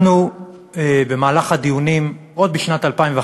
אנחנו במהלך הדיונים, עוד בשנת 2011,